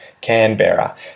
Canberra